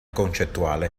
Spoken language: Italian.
concettuale